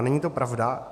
Není to pravda.